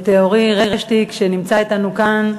את אורי רשטיק, שנמצא אתנו כאן.